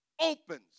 opens